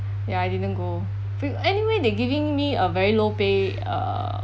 ya I didn't go f~ anyway they're giving me a very low pay uh